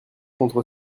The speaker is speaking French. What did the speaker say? contre